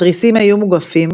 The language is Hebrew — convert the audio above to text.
התריסים היו מוגפים,